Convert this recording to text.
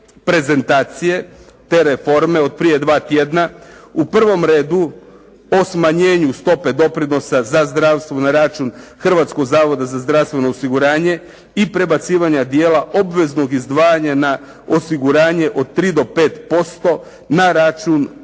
prezentacije te reforme od prije dva tjedna. U prvom redu o smanjenju stope doprinosa za zdravstvo na račun Hrvatskog zavoda za zdravstveno osiguranje i prebacivanje dijela obveznog izdvajanja na osiguranje od 3 do 5% na račun privatno-osiguravateljskih